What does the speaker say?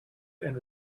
and